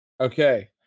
Okay